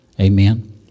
Amen